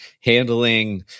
handling